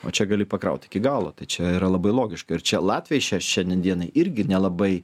o čia gali pakraut iki galo tai čia yra labai logiška ir čia latviai šią šiandien dienai irgi nelabai